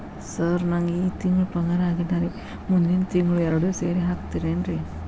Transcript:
sir ನಂಗ ಈ ತಿಂಗಳು ಪಗಾರ ಆಗಿಲ್ಲಾರಿ ಮುಂದಿನ ತಿಂಗಳು ಎರಡು ಸೇರಿ ಹಾಕತೇನ್ರಿ